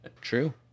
True